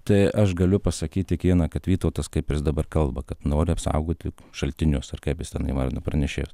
tai aš galiu pasakyt tik vieną kad vytautas kaip jis dabar kalba kad nori apsaugoti šaltinius ar kaip jis ten įvardino pranešėjus